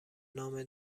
نام